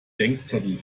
denkzettel